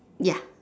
ya